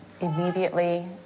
immediately